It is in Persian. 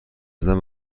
زدن